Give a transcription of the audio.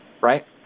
right